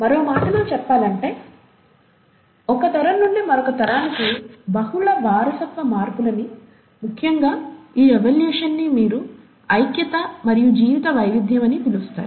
మరో మాటలో చెప్పాలంటే ఒక తరం నుండి మరొక తరానికి బహుళ వారసత్వ మార్పులని ముఖ్యంగా ఈ ఎవల్యూషన్ ని మీరు ఐక్యత మరియు జీవిత వైవిధ్యం అని పిలుస్తారు